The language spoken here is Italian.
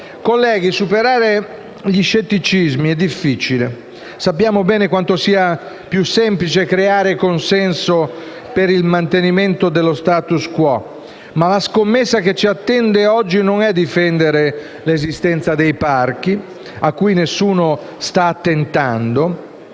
Colleghi, superare gli scetticismi è difficile: sappiamo bene quanto sia più semplice creare consenso per il mantenimento dello status quo. Ma la scommessa che ci attende oggi non è difendere l’esistenza dei parchi - a cui nessuno sta attentando